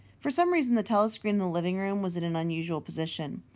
for some reason the telescreen in the living-room was in an unusual position.